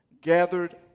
gathered